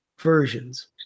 versions